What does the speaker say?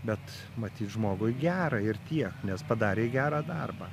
bet matyt žmogui gera ir tiek nes padarė gerą darbą